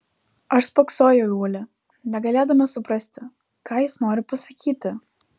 aš spoksojau į ulį negalėdama suprasti ką jis nori pasakyti